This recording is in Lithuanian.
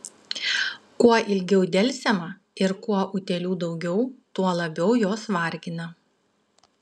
kuo ilgiau delsiama ir kuo utėlių daugiau tuo labiau jos vargina